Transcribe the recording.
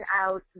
out